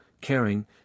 caring